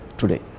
today